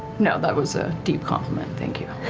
no, that was a deep compliment, thank you.